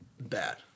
bad